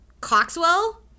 Coxwell